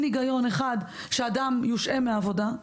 שאדם יושהה מהעבודה,